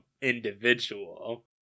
individual